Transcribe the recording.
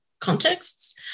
contexts